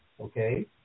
okay